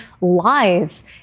lies